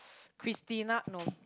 Christina no